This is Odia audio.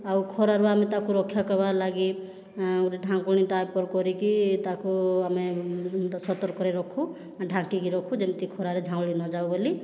ଆଉ ଖରାରୁ ଆମେ ତାକୁ ରକ୍ଷା କରିବାର ଲାଗି ଗୋଟିଏ ଢାଙ୍କୁଣୀ ଟାଇପ୍ର କରିକି ତାକୁ ଆମେ ସତର୍କରେ ରଖୁ ଢାଙ୍କିକି ରଖୁ ଯେମିତି ଖରାରେ ଝାଉଁଳିନଯାଉ ବୋଲି